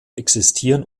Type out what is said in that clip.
existieren